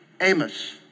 Amos